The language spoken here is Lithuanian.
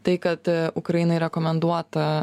tai kad ukrainai rekomenduota